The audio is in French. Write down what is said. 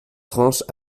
tranches